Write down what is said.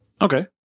Okay